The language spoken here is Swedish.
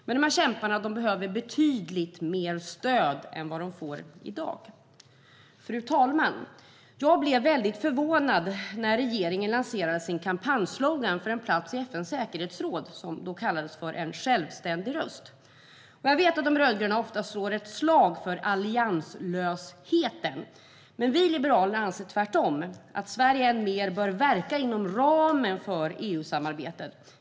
Dessa kämpar behöver dock betydligt mer stöd än de får i dag. Fru talman! Jag blev väldigt förvånad när regeringen lanserade sin kampanjslogan för en plats i FN:s säkerhetsråd. Den talade om en självständig röst. Jag vet att de rödgröna ofta slår ett slag för allianslösheten, men vi i Liberalerna anser tvärtom att Sverige än mer bör verka inom ramen för EU-samarbetet.